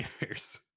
years